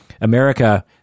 America